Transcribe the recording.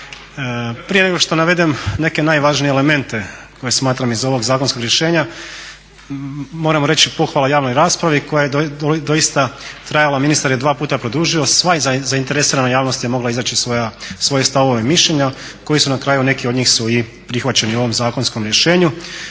Prije nego što navedem neke najvažnije elemente koje smatram iz ovog zakonskog rješenja moram reći pohvala javnoj raspravi koja je doista trajala, ministar je dva puta produžio, sva je zainteresirana javnost mogla izreći svoje stavove i mišljenja, koja su na kraju neka od njih i prihvaćena u ovom zakonskom rješenju.